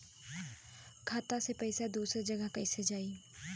खाता से पैसा दूसर जगह कईसे जाई?